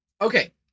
Okay